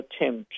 attempt